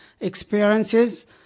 experiences